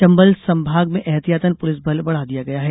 चंबल संभाग में एहतियातन पुलिस बल बढ़ा दिया गया है